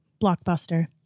Blockbuster